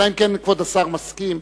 אלא אם כבוד השר מסכים,